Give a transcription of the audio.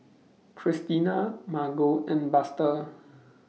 Christina Margo and Buster